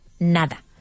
Nada